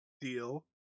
deal